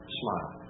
smile